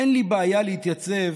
אין לי בעיה להתייצב